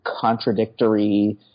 contradictory